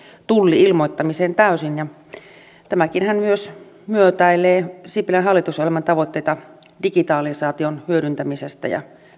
tulli ilmoittamiseen täysin ja tämähän myös myötäilee sipilän hallitusohjelman tavoitteita digitalisaation hyödyntämisestä ja